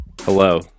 Hello